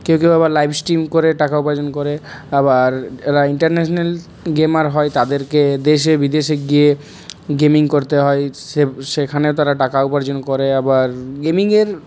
কেউ কেউ আবার লাইফ স্ট্রিম করে টাকা উপার্জন করে আবার ইন্টারন্যাশনাল গেমার হয় তাদেরকে দেশে বিদেশে গিয়ে গেমিং করতে হয় সে সেখানে তারা টাকা উপার্জন করে আবার গেমিংয়ের